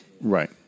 Right